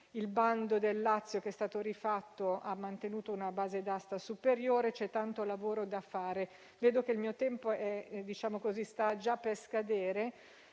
Il bando del Lazio, che è stato rifatto, ha mantenuto una base d'asta superiore. C'è tanto lavoro da fare. Vedo che il tempo a disposizione sta già per scadere.